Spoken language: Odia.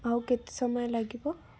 ଆଉ କେତେ ସମୟ ଲାଗିବ